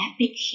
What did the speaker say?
epic